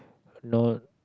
no